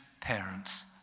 parents